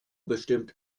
bestimmt